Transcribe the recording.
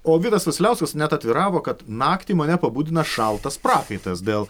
o vitas vasiliauskas net atviravo kad naktį mane pabudina šaltas prakaitas dėl